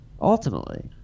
ultimately